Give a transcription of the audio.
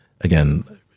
Again